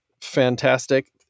fantastic